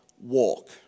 walk